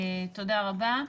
תודה רבה.